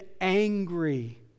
angry